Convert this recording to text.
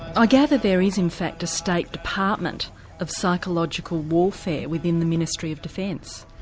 i gather there is in fact a state department of psychological warfare within the ministry of defence?